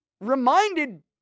reminded